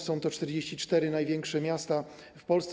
Są to 44 największe miasta w Polsce.